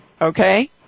Okay